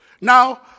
Now